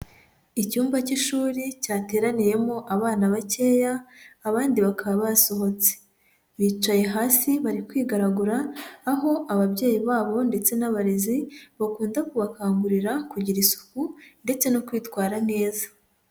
Icyumba cy'ishuri cyateraniyemo abana bakeya abandi bakaba basohotse, bicaye hasi bari kwigaragura aho ababyeyi babo ndetse n'abarezi bakunda kubakangurira kugira isuku ndetse no kwitwara neza.